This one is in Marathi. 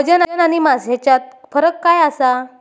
वजन आणि मास हेच्यात फरक काय आसा?